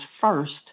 first